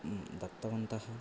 दत्तवन्तः